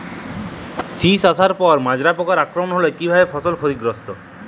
শীষ আসার পর মাজরা পোকার আক্রমণ হলে কী ভাবে ফসল ক্ষতিগ্রস্ত?